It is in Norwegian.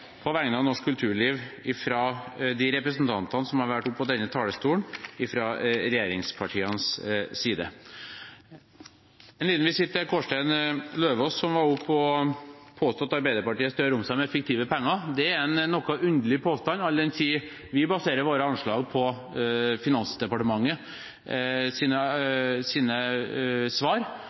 på vegne av norsk kulturliv fra de representantene som har vært oppe på denne talerstolen fra regjeringspartienes side. En liten visitt til Kårstein Løvaas, som var oppe og påsto at Arbeiderpartiet strør om seg med fiktive penger. Det er en litt underlig påstand all den tid vi baserer våre anslag på